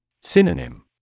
Synonym